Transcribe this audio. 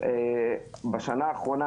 בשנה האחרונה,